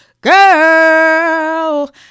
girl